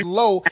low